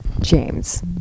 James